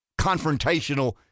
confrontational